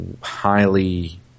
highly